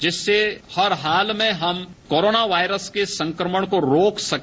जिससे हर हाल में कोरोना वायरस के संक्रमण को रोक सके